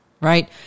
Right